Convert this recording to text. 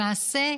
למעשה,